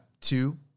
two